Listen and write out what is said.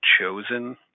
chosen